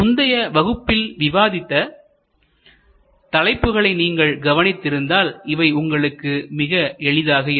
முந்தைய வகுப்பில் விவாதித்த தலைப்புகளை நீங்கள் கவனித்திருந்தால் இவை உங்களுக்கு மிக எளிதாக இருக்கும்